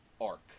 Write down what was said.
arc